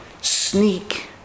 sneak